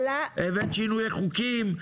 הבאת שינויי חוקים,